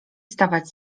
stawać